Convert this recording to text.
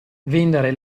vendere